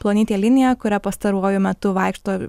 plonytė linija kuria pastaruoju metu vaikšto